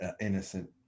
innocent